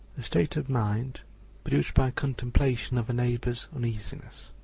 a state of mind produced by contemplation of a neighbor's uneasiness.